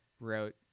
wrote